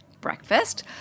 breakfast